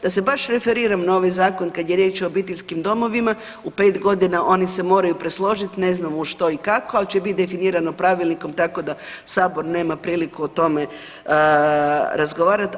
Da se baš referiram na ovaj zakon kada je riječ o obiteljskim domovima u pet godina oni se moraju presložiti, ne znam u što i kako, ali će biti definirano pravilnikom tako da Sabor nema priliku o tome razgovarati.